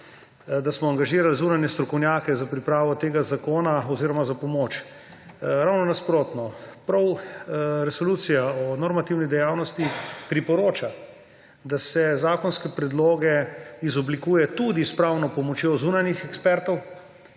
da smo angažirali zunanje strokovnjake za pripravo tega zakona oziroma za pomoč. Ravno nasprotno! Prav Resolucija o normativni dejavnosti priporoča, da se zakonske predloge izoblikuje tudi s pravno pomočjo zunanjih ekspertov.